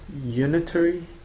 unitary